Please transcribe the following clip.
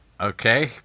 Okay